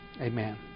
Amen